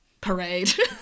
parade